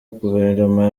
guverinoma